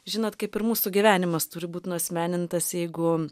žinot kaip ir mūsų gyvenimas turi būt nuasmenintas jeigu